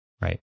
Right